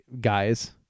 guys